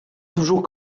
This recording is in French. toujours